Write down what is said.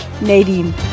Nadine